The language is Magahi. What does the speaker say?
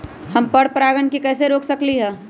हम पर परागण के कैसे रोक सकली ह?